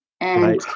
And-